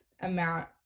amount